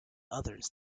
others